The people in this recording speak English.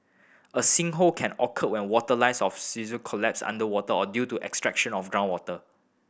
a sinkhole can occur when water lines of see sir collapse underwater or due to extraction of groundwater